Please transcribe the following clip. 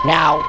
Now